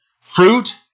fruit